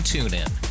TuneIn